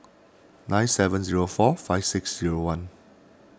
nine seven zero four five six zero one